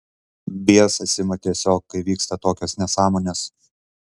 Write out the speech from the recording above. biesas ima tiesiog kai vyksta tokios nesąmonės